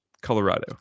Colorado